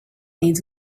needs